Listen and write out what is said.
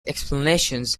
explanations